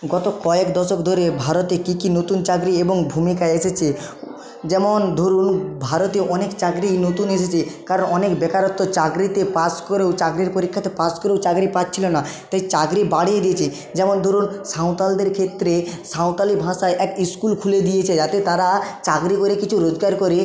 গত কয়েক দশক ধরে ভারতে কী কী নতুন চাকরি এবং ভূমিকা এসেছে যেমন ধরুন ভারতে অনেক চাকরি নতুন এসেছে কারণ অনেক বেকারত্ব চাকরিতে পাশ করেও চাকরির পরীক্ষাতে পাশ করেও চাকরি পাচ্ছিলো না তাই চাকরি বাড়িয়ে দিয়েছে যেমন ধরুন সাঁওতালদের ক্ষেত্রে সাঁওতালি ভাষায় এক স্কুল খুলে দিয়েছে যাতে তারা চাকরি করে কিছু রোজগার করে